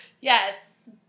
Yes